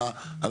(ג).